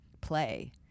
play